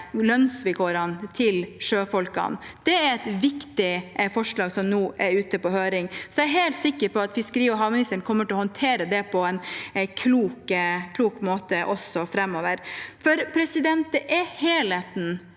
lønnsvilkårene til sjøfolkene. Det er et viktig forslag som nå er ute på høring. Jeg er helt sikker på at fiskeri- og havministeren kommer til å håndtere det på en klok måte også framover. Det er helheten